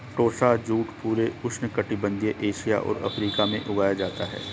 टोसा jute पूरे उष्णकटिबंधीय Asia और अफ्रीका में उगाया जाता है